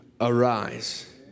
arise